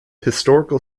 historical